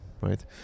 right